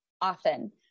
often